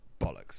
bollocks